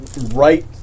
right